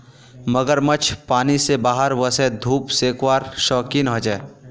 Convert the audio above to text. मगरमच्छ पानी से बाहर वोसे धुप सेकवार शौक़ीन होचे